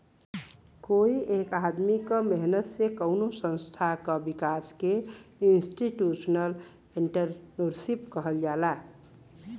कोई एक आदमी क मेहनत से कउनो संस्था क विकास के इंस्टीटूशनल एंट्रेपर्नुरशिप कहल जाला